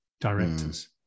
directors